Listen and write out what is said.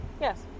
Yes